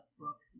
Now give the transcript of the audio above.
book